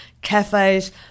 cafes